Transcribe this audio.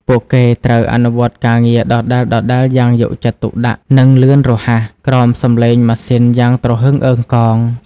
ពួកគេត្រូវអនុវត្តការងារដដែលៗយ៉ាងយកចិត្តទុកដាក់ និងលឿនរហ័ស ក្រោមសំឡេងម៉ាស៊ីនយ៉ាងទ្រហឹងអ៊ឹងកង។